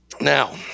Now